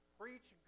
preach